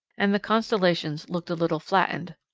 and the constellations looked a little flattened.